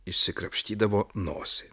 išsikrapštydavo nosį